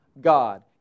God